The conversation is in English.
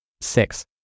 Six